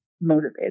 motivated